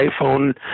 iPhone